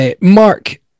Mark